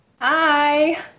Hi